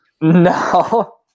No